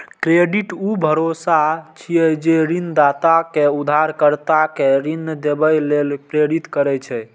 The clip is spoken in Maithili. क्रेडिट ऊ भरोसा छियै, जे ऋणदाता कें उधारकर्ता कें ऋण देबय लेल प्रेरित करै छै